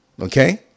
Okay